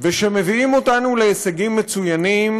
ושמביאים אותנו להישגים מצוינים,